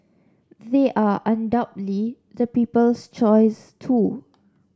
they are undoubtedly the people's choice too